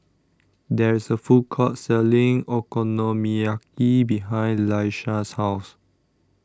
There IS A Food Court Selling Okonomiyaki behind Laisha's House